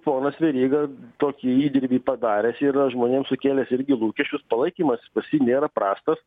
ponas veryga tokį įdirbį padaręs yra žmonėm sukėlęs irgi lūkesčius palaikymas pas jį nėra prastas